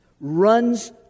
Runs